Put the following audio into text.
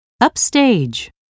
Upstage